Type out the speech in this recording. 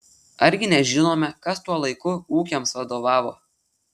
argi nežinome kas tuo laiku ūkiams vadovavo